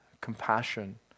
compassion